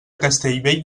castellbell